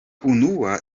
unua